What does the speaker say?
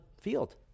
field